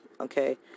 okay